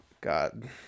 God